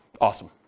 Awesome